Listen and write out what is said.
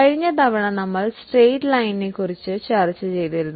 കഴിഞ്ഞ തവണ നമ്മൾ സ്ട്രെയ്റ്റ് ലൈൻ ചർച്ച ചെയ്തിരുന്നു